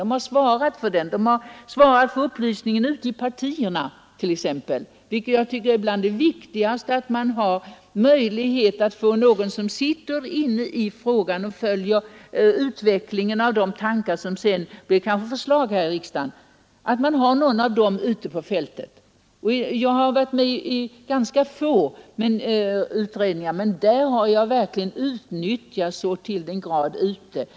De har svarat för exempelvis upplysningen ute i partierna i den frågan. Jag tycker det är bland det viktigaste att man har möjlighet att ute på fältet ha någon som är insatt i frågan och följer utvecklingen av de tankegångar som sedan kanske blir förslag här i riksdagen. Jag har varit med i ganska få utredningar, men i de sammanhangen har jag verkligen utnyttjats ute i partiet i mycket hög grad.